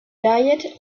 diet